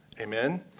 Amen